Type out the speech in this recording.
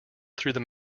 through